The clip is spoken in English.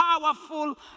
powerful